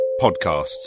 podcasts